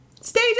stay